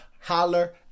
holler